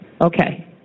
Okay